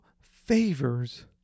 favors